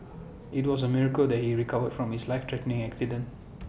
IT was A miracle that he recovered from his life threatening accident